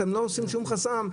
אתם לא עושים שום חסם,